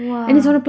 !wah!